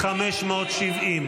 -- 570.